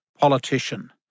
politician